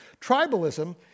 Tribalism